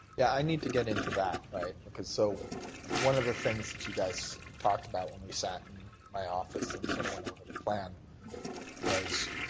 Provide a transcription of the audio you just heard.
yeah i need to get into that. so one of the things that you guys talked about when you sat in my office and so went over the plan was